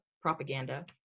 Propaganda